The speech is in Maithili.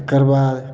तकर बाद